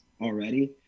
already